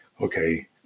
okay